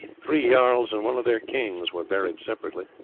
three jarls and one of their kings were buried separately.